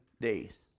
days